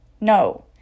No